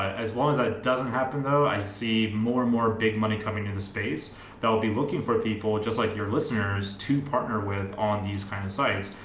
as long as that doesn't happen, though, i see more and more big money coming into the space that will be looking for people just like your listeners to partner with on these kind of sites,